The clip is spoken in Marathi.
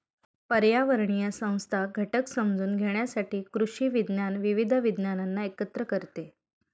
पर्यावरणीय संस्था घटक समजून घेण्यासाठी कृषी विज्ञान विविध विज्ञानांना एकत्र करते